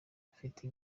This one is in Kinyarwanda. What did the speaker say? bafite